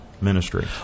ministry